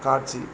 காட்சி